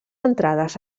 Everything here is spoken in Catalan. entrades